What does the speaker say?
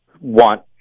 want